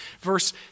Verse